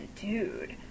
Dude